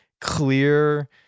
clear